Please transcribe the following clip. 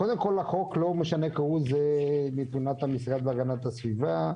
קודם כל החוק לא משנה כהוא זה מבחינת המשרד להגנת הסביבה,